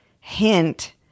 hint